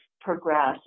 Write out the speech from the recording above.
progress